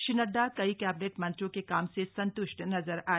श्री नड्डा कई कैबिनेट मंत्रियों के काम से संतुष्ट नजर आए